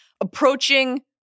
Approaching